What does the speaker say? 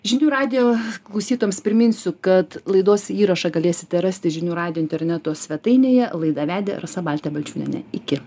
žinių radijo klausytojams priminsiu kad laidos įrašą galėsite rasti žinių radijo interneto svetainėje laidą vedė rasa baltė balčiūnienė iki